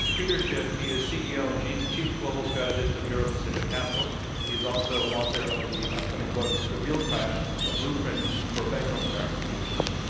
peter schiff. he is ceo and chief chief global strategist of euro pacific capital. he is also author of the upcoming book, the real crash a blueprint for a bankrupt america. peter schiff.